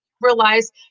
realize